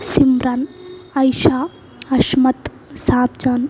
ಸಿಮ್ರನ್ ಐಶಾ ಅಶ್ಮತ್ ಸಾಬ್ ಜಾನ್